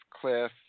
Cliff